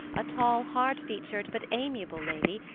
a tall, hard-featured, but amiable lady,